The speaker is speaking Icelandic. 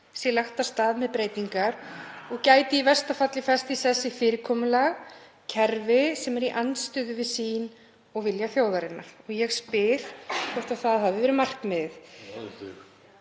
sé lagt af stað með breytingar og gæti í versta falli fest í sessi fyrirkomulag, kerfi, sem er í andstöðu við sýn og vilja þjóðarinnar og ég spyr hvort það hafi verið markmiðið.